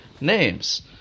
names